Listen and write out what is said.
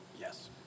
yes